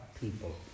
people